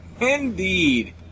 Indeed